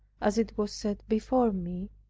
as it was set before me,